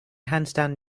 handstand